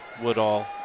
Woodall